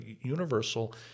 universal